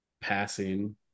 passing